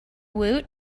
woot